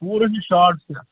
پوٗرٕ چھِ شاٹ سیٚکھ